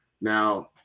Now